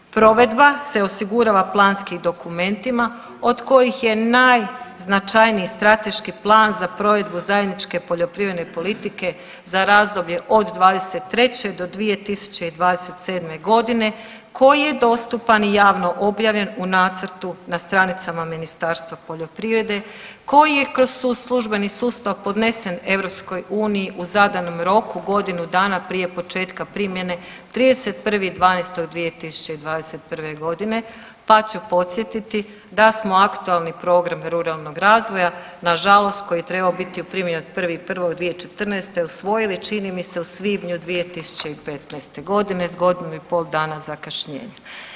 Provedba se osigurava planskim dokumentima od kojih je najznačajniji Strateški plan za provedbu zajedničke poljoprivredne politike za razdoblje od '23. do 2027. godine koji je dostupan i javno objavljen u nacrtu na stranicama Ministarstva poljoprivrede koji je kroz službeni sustav podnesen EU u zadanom roku, godinu dana prije početka primjene 31.12.2021.g., pa ću podsjetiti da smo aktualni program ruralnog razvoja nažalost koji je trebao biti u primjeni od 1.1.2014. usvojili čini mi se u svibnju 2015.g. s godinu i pol dana zakašnjenja.